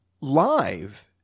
live